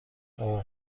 اوه